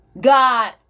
God